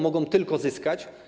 Mogą tylko zyskać.